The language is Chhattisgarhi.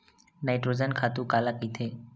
नाइट्रोजन खातु काला कहिथे?